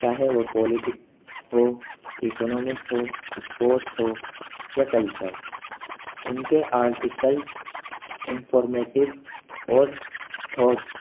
چاہے وہ پولیٹک ہو اکنومکس ہو اسپورٹ ہو یا کلچر ان کے آرٹیکلس امفورمیٹو اور تھوٹس